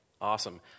Awesome